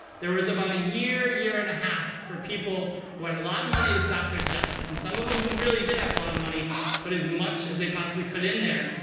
there was about a year, year and a half for people who had a lot of money to stock their cellar. and some of them who really did have a lot of money put as much as they possibly could in there.